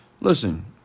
Listen